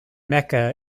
mecca